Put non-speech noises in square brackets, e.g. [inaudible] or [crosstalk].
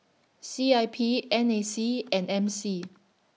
C I P N A C and M C [noise]